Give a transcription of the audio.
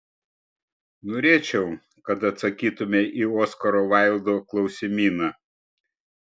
norėčiau kad atsakytumei į oskaro vaildo klausimyną